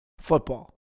football